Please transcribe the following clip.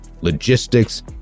logistics